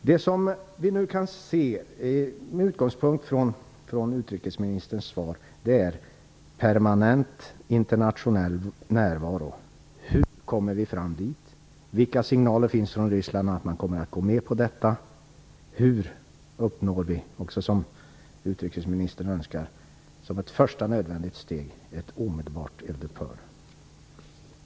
Det som vi nu, med utgångspunkt från utrikesministerns svar, kan se som en möjlighet är permanent internationell närvaro. Hur kommer vi fram dit? Vilka signaler finns från Ryssland om att man kommer att gå med på detta? Hur uppnår vi, som utrikesministern också önskar, ett omedelbart eldupphör som ett första nödvändigt steg?